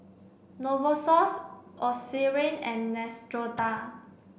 Novosource Eucerin and Neostrata